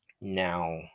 Now